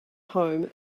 home